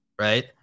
right